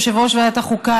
יושב-ראש ועדת החוקה,